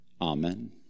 amen